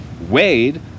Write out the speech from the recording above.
wade